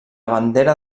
bandera